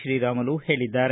ಶ್ರೀರಾಮುಲು ಹೇಳಿದ್ದಾರೆ